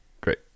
Great